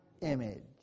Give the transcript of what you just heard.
image